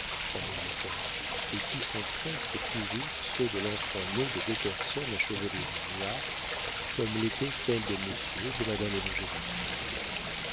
en angleterre et qui sont presque toujours ceux de l'enfant né de deux personnes à chevelure noire comme l'était celle de monsieur et de madame